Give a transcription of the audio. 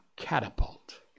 catapult